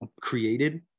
created